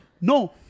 No